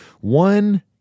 One